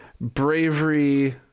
bravery